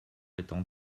étant